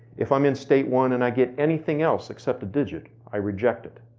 if i'm in state one, and i get anything else except a digit, i reject it.